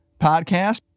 podcast